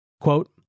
Quote